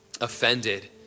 offended